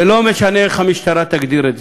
ולא משנה איך המשטרה תגדיר את זה,